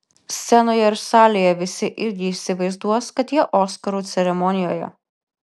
scenoje ir salėje visi irgi įsivaizduos kad jie oskarų ceremonijoje